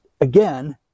again